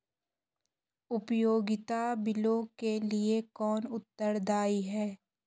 उपयोगिता बिलों के लिए कौन उत्तरदायी है?